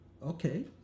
Okay